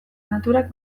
naturak